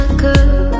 girl